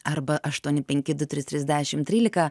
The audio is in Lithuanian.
arba aštuoni penki du trys trys dešim trylika